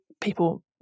people